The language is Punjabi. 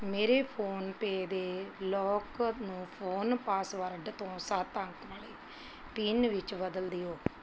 ਮੇਰੇ ਫੋਨਪੇਅ ਦੇ ਲੌਕ ਨੂੰ ਫ਼ੋਨ ਪਾਸਵਰਡ ਤੋਂ ਸੱਤ ਅੰਕ ਵਾਲੇ ਪਿੰਨ ਵਿੱਚ ਬਦਲ ਦਿਓ